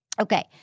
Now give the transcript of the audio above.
Okay